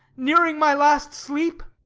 nearing my last sleep?